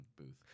booth